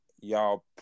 y'all